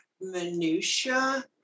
minutia